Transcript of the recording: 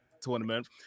tournament